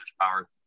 power